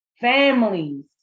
families